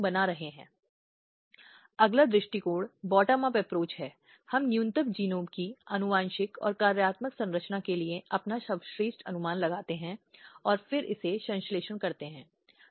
कई अन्य भी हो सकते हैं लेकिन कुछ को सूचीबद्ध करें तो अनैतिक तस्करी रोकथाम अधिनियम 1956 जो मानव तस्करी के मुद्दे पर बात करता है